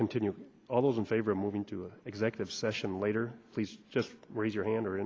continue all those in favor of moving to an executive session later please just raise your hand or